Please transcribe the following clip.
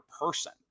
person